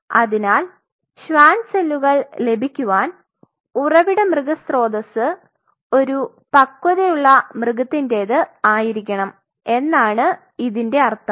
അതിനാൽ ഷ്വാൻ സെല്ലുകൾ ലഭിക്കുവാൻ ഉറവിട മൃഗ സ്രോതസ്സ് ഒരു പക്വതയുള്ള മൃഗത്തിന്റേത് ആയിരിക്കണം എന്നാണ് ഇതിനർത്ഥം